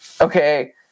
okay